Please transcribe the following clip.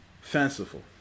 fanciful